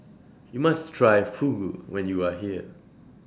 YOU must Try Fugu when YOU Are here